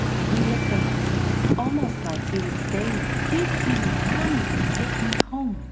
he looked at me it was almost like he was saying, please be my mommy and take me home.